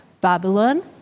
Babylon